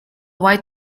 white